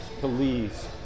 police